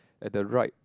at the right